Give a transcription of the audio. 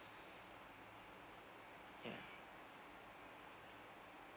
yeah